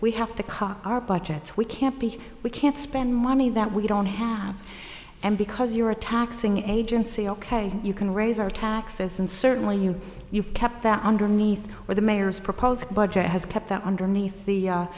we have to cut our budgets we can't be we can't spend money that we don't have and because you're a taxing agency ok you can raise our taxes and certainly you you've kept that underneath where the mayors proposed budget has kept that underneath the